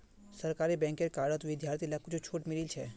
सरकारी बैंकेर कार्डत विद्यार्थि लाक कुछु छूट मिलील छ